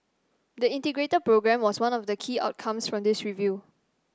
the Integrated Programme was one of the key outcomes from this review